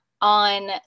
on